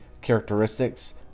characteristics